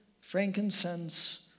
frankincense